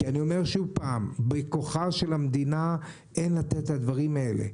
אני אומר שוב: אין בכוחה של המדינה לתת את הדברים האלה.